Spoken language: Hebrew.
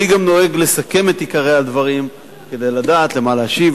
אני גם נוהג לסכם את עיקרי הדברים כדי לדעת על מה להשיב,